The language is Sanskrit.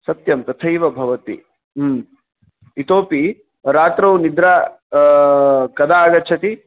सत्यं तथैव भवति इतोपि रात्रौ निद्रा कदा आगच्छति